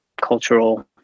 cultural